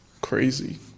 crazy